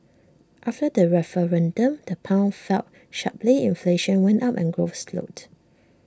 after the referendum the pound fell sharply inflation went up and growth slowed